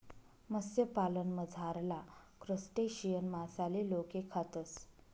मत्स्यपालनमझारला क्रस्टेशियन मासाले लोके खातस